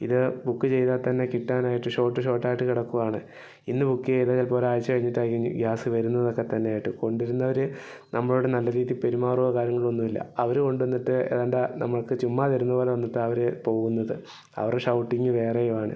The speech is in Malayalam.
ഇത് ബുക്ക് ചെയ്താൽ തന്നെ കിട്ടാനായിട്ട് ഷോട്ട് ഷോട്ടായിട്ട് കിടക്കുകയാണ് ഇന്ന് ബുക്ക് ചെയ്താൽ ചിലപ്പോൾ ഒരാഴ്ച കഴിഞ്ഞിട്ടാ ഇനി ഗ്യാസ് വരുന്നതൊക്കെ തന്നെയായിട്ട് കൊണ്ടുവരുന്നവർ നമ്മളോട് നല്ല രീതിയിൽ പെരുമാറുമോ കാര്യങ്ങളോ ഒന്നും ഇല്ല അവർ കൊണ്ടുവന്നിട്ട് വേണ്ട നമ്മൾക്ക് ചുമ്മാ തരുന്നപോലെ വന്നിട്ടാ അവർ പോവുന്നത് അവരെ ഷൗട്ടിംഗ് വേറെയും ആണ്